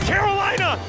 Carolina